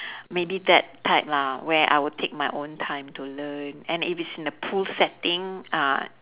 maybe that type lah where I would take my own time to learn and if it's in the pool setting uh